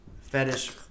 fetish